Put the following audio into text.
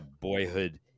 boyhood